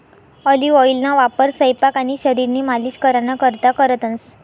olive ऑइलना वापर सयपाक आणि शरीरनी मालिश कराना करता करतंस